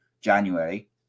January